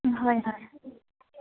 হয় হয়